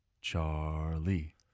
Charlie